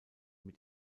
mit